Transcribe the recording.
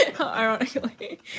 Ironically